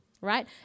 right